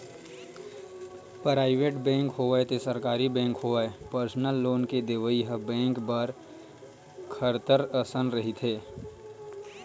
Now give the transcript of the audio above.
private bank होवय ते सरकारी बेंक होवय परसनल लोन के देवइ ह बेंक बर खतरच असन रहिथे